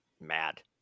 mad